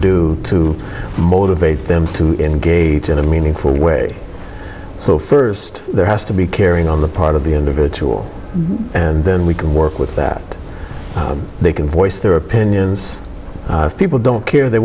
do to motivate them to engage in a meaningful way so first there has to be caring on the part of the individual and then we can work with that they can voice their opinions people don't care they